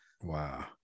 Wow